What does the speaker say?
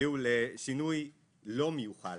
הביאו לשינוי לא מיוחל